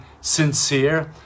sincere